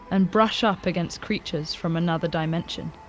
and brush up against creatures from another dimension.